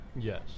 Yes